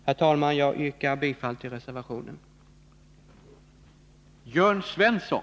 Herr talman! Jag yrkar bifall till reservationen.